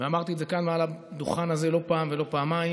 ואמרתי את זה כאן מעל הדוכן הזה לא פעם ולא פעמיים,